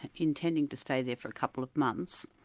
intending to stay there for a couple of months,